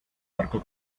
barco